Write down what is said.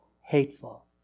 hateful